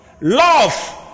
Love